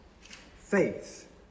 faith